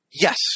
Yes